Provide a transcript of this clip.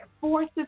forces